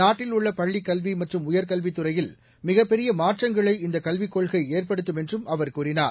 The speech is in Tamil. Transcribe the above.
நாட்டில் உள்ள பள்ளிக் கல்வி மற்றும் உயர்கல்வித் துறையில் மிகப் பெரிய மாற்றங்களை இந்த கல்விக் கொள்கை ஏற்படுத்தும் என்றும் அவர் கூறினார்